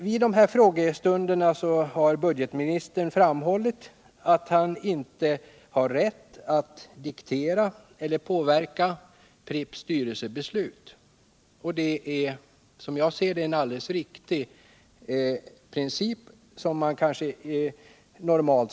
Vid frågestunderna har budgetministern framhållit att han inte har rätt att påverka Pripps styrelsebeslut. Som jag ser det är detta en alldeles riktig princip som man normalt bör följa.